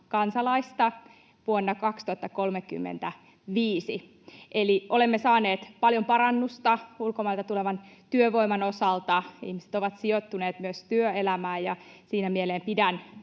kansalaista vuonna 2035. Eli olemme saaneet paljon parannusta ulkomailta tulevan työvoiman osalta. Ihmiset ovat sijoittuneet myös työelämään, ja siinä mielessä pidän